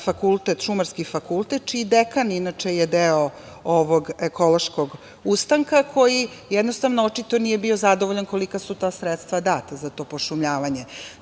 Šumarski fakultet, čiji je dekan inače deo ovog ekološkog ustanka koji, jednostavno, očito nije bio zadovoljan kolika su ta sredstva data za to pošumljavanje.